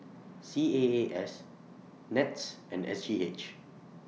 C A A S Nets and S G H